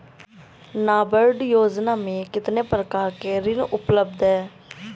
नाबार्ड योजना में कितने प्रकार के ऋण उपलब्ध हैं?